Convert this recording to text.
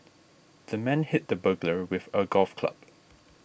the man hit the burglar with a golf club